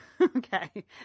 Okay